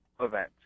event